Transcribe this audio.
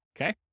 Okay